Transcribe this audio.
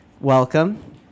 Welcome